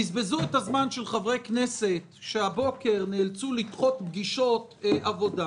בזבזו את הזמן של חברי כנסת שהבוקר נאלצו לדחות פגישות עבודה.